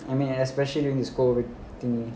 I mean especially during school